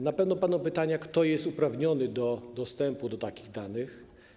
Na pewno padną pytania, kto jest uprawniony do dostępu do takich danych.